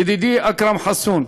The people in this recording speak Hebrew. ידידי אכרם חסון,